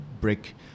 brick